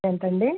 ఎంతండి